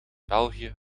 belgië